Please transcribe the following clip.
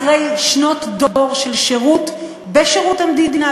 אחרי שנות דור בשירות המדינה,